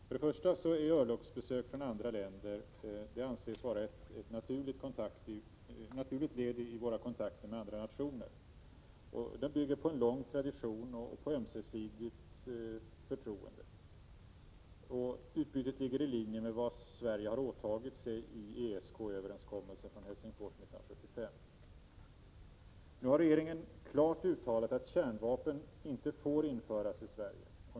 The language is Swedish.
Först och främst anses örlogsbesök från andra länder vara ett naturligt led i våra kontakter med andra nationer. Dessa besök bygger på en lång tradition och ett ömsesidigt förtroende. Utbytet ligger i linje med vad Sverige har åtagit sig i ESK-överenskommelsen från Helsingfors 1975. Nu har regeringen klart uttalat att kärnvapen inte får införas i Sverige.